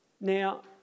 Now